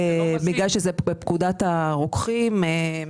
בגלל שזה בפקודת הרוקחים.